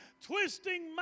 twisting